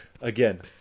Again